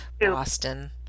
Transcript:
Boston